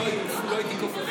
לא הייתי כפוף להם,